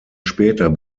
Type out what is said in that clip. später